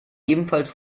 ebenfalls